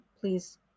please